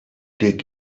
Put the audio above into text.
dig